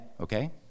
okay